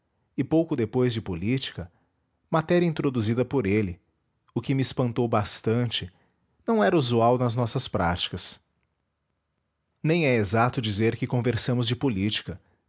e pouco depois de política matéria introduzida por ele o que me espantou bastante não era usual nas nossas práticas nem é exato dizer que conversamos de política